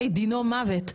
דינו מוות.